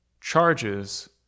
charges